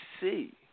see